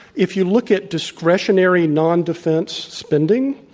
if you look at discretionary nondefense spending,